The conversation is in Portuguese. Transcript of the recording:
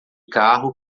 carro